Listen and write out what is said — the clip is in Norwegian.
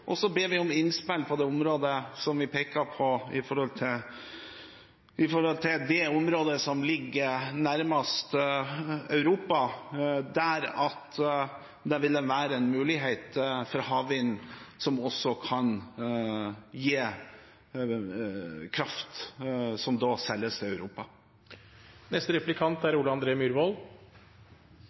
og så ber vi om innspill på det området som jeg pekte på, som ligger nærmest Europa, der det vil være mulighet for havvind som også kan gi kraft som da selges til Europa. Bunnfast vindkraft, som vi ser utenfor Danmark og Storbritannia, er